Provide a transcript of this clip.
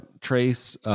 trace